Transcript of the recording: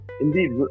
indeed